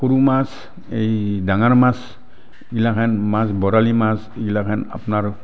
সৰু মাছ এই ডাঙৰ মাছ এইবিলাকহেন মাছ বৰালি মাছ এইবিলাকহেন আপোনাৰ